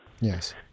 Yes